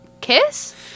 kiss